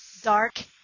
dark